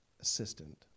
assistant